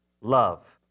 love